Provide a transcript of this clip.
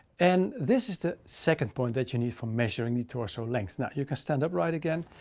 and this is the second point that you need for measuring the torso length. now you can stand up right again.